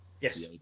Yes